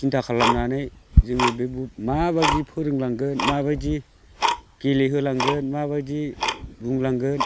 सिन्था खालामनानै जोंङो बे माबायदि फोरोंलांगोन माबायदि गेलेहोलांगोन माबायदि बुंलांगोन